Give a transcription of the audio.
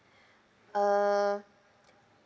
err